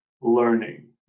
learning